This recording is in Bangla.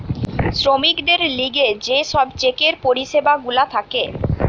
শ্রমিকদের লিগে যে সব চেকের পরিষেবা গুলা থাকে